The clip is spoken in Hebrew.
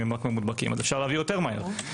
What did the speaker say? אפשר להביא מהר יותר.